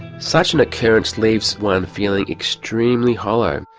such an occurrence leaves one feeling extremely hollow,